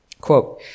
Quote